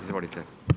Izvolite.